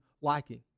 liking